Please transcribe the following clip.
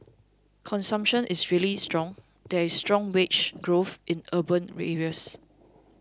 consumption is really strong there is strong wage growth in urban areas